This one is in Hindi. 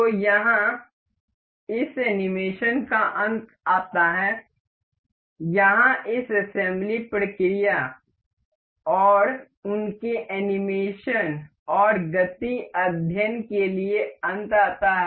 तो यहाँ इस एनीमेशन का अंत आता है यहाँ इस असेम्ब्ली प्रक्रिया और उनके एनीमेशन और गति अध्ययन के लिए अंत आता है